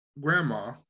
grandma